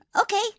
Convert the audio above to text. Okay